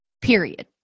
Period